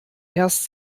erst